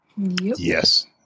Yes